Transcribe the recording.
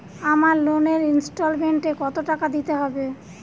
আমার লোনের ইনস্টলমেন্টৈ কত টাকা দিতে হবে?